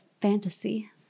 fantasy